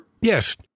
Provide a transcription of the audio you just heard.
Yes